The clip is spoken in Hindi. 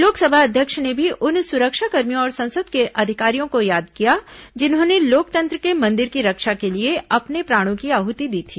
लोकसभा अध्यक्ष ने भी उन सुरक्षाकर्मियों और संसद के अधिकारियों को याद किया जन्होंने लोकतंत्र के मंदिर की रक्षा के लिए अपने प्राणों की आहति दी थी